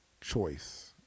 Choice